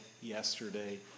yesterday